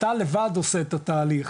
אתה לבד עושה את התהליך,